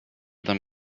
them